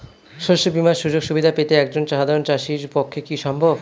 শস্য বীমার সুযোগ সুবিধা পেতে একজন সাধারন চাষির পক্ষে কি সম্ভব?